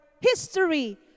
history